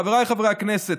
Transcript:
חבריי חברי הכנסת,